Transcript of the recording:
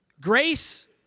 Grace